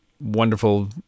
wonderful